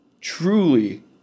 truly